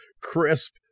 crisp